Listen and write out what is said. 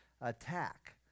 attack